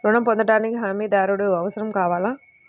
ఋణం పొందటానికి హమీదారుడు అవసరం కావాలా?